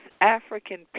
African